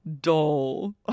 dull